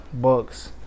bucks